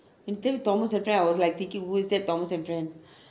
you tell thomas and friend I was like thinking who is that thomas and friend